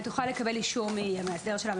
היא תוכל לקבל אישור מהמאסדר שלה,